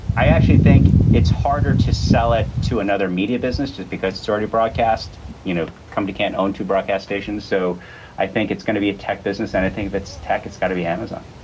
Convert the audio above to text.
i actually think it's harder to sell it to another media business just because it's already broadcast you know come to can't own broadcast stations. so i think it's going to be a tech business. anything that's tech, it's got to be amazon